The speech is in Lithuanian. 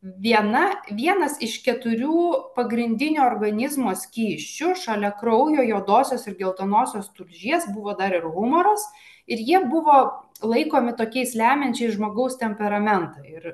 viena vienas iš keturių pagrindinių organizmo skysčių šalia kraujo juodosios ir geltonosios tulžies buvo dar ir humoras ir jie buvo laikomi tokiais lemiančiais žmogaus temperamentą ir